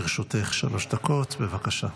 לרשותך שלוש דקות, בבקשה.